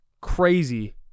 crazy